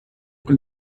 wie